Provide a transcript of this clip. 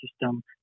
system